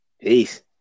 Peace